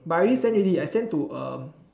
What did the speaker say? but I already send already I send to uh